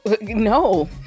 No